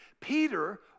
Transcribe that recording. Peter